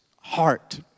heart